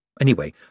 Anyway